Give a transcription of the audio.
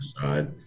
side